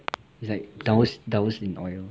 it's like doused doused in oil